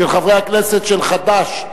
של חברי הכנסת של חד"ש,